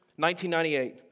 1998